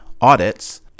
audits